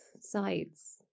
sides